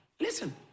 Listen